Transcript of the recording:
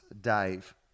Dave